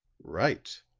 right,